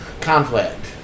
Conflict